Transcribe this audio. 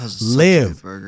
Live